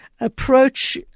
approach